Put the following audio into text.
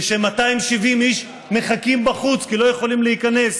כש-270 איש מחכים בחוץ כי לא יכלו להיכנס,